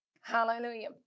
hallelujah